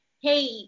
hey